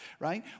right